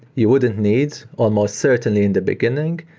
you wouldn't need almost certainly in the beginning.